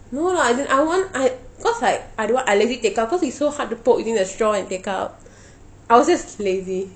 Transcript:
no lah as in I want I cause like I don't want I lazy take out cause it's so hard to poke using the straw and take out I was just lazy